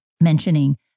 mentioning